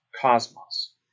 cosmos